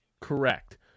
Correct